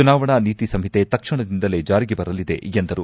ಚುನಾವಣಾ ನೀತಿ ಸಂಹಿತೆ ತಕ್ಷಣದಿಂದಲೇ ಜಾರಿಗೆ ಬರಲಿದೆ ಎಂದರು